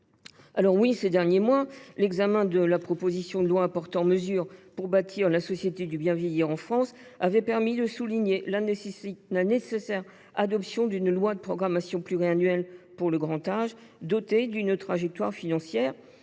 L’examen, ces derniers mois, de la proposition de loi portant mesures pour bâtir la société du bien vieillir en France avait permis de souligner la nécessité d’adopter une loi de programmation pluriannuelle pour le grand âge, dotée d’une trajectoire financière,